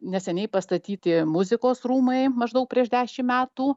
neseniai pastatyti muzikos rūmai maždaug prieš dešim metų